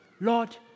Lord